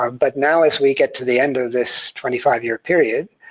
um but now as we get to the end of this twenty five year period,